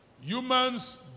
Human's